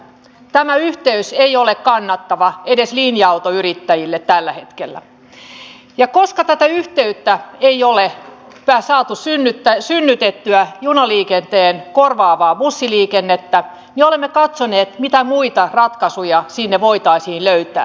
tämä yhteys ei ole kannattava edes linja autoyrittäjille tällä hetkellä ja koska tätä yhteyttä ei ole saatu synnytettyä junaliikenteen korvaavaa bussiliikennettä niin olemme katsoneet mitä muita ratkaisuja sinne voitaisiin löytää